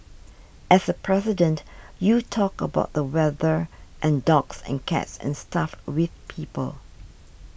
as a President you talk about the weather and dogs and cats and stuff with people